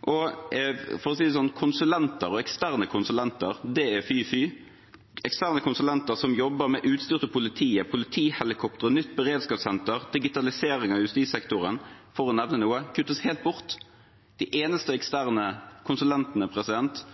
Og for å si det sånn: Konsulenter og eksterne konsulenter er fy–fy. Eksterne konsulenter som jobber med utstyr til politiet, politihelikoptre, nytt beredskapssenter, digitalisering av justissektoren, for å nevne noe, kuttes helt ut. De eneste eksterne konsulentene